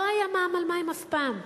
לא היה מע"מ על מים אף פעם,